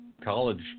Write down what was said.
college